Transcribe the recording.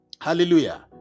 Hallelujah